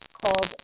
called